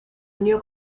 unió